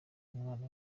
umwana